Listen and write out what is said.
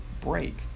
break